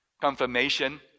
confirmation